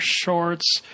shorts